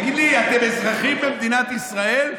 תגיד לי, אתם אזרחים במדינת ישראל?